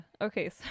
okay